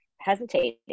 hesitating